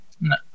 No